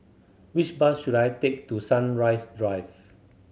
which bus should I take to Sunrise Drive